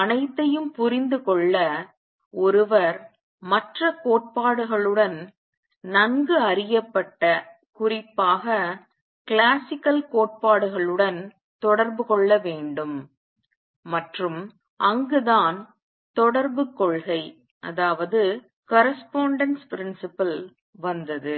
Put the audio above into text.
அனைத்தையும் புரிந்து கொள்ள ஒருவர் மற்ற கோட்பாடுகளுடன் நன்கு அறியப்பட்ட குறிப்பாக கிளாசிக்கல் கோட்பாடுகளுடன் தொடர்பு கொள்ள வேண்டும் மற்றும் அங்குதான் தொடர்புக் கொள்கை வந்தது